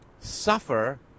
suffer